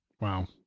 Wow